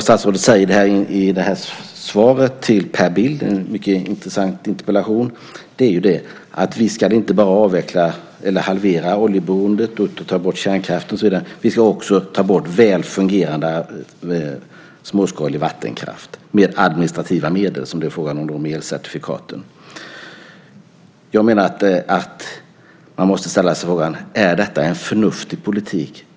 Statsrådet säger i svaret till Per Bill i denna mycket intressanta interpellation att vi inte bara ska halvera oljeberoendet och ta bort kärnkraften utan att vi också ska ta bort väl fungerande småskalig vattenkraft med administrativa medel som det är fråga om med elcertifikaten. Jag menar att man måste fråga sig om det är en förnuftig politik.